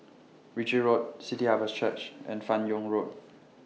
Ritchie Road City Harvest Church and fan Yoong Road